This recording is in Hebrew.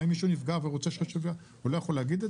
אם מישהו נפגע, הוא לא יכול להגיד את